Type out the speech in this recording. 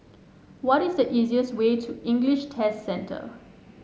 what is the easiest way to English Test Centre